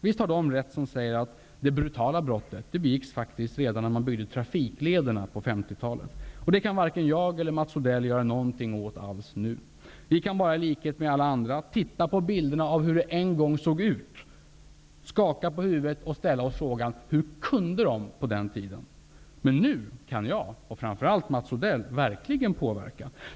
Visst har de rätt som säger att de brutala brotten faktiskt begicks redan på 50-talet när man byggde trafiklederna. Det kan varken jag eller Mats Odell göra någonting åt nu. Vi kan bara i likhet med alla andra titta på bilderna av hur det en gång såg ut, skaka på huvudet och ställa oss frågan: Hur kunde de på den tiden? Men nu kan jag och framför allt Mats Odell verkligen påverka.